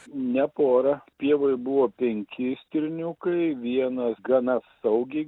ne pora pievoj buvo penki stirniukai vienas gana saugiai